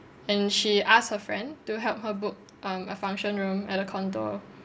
and she asked her friend to help her book um a function room at a condo